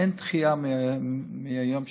שאין דחייה מהיום שקבעו,